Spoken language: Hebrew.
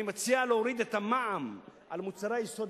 אני מציע להוריד את המע"מ על מוצרי היסוד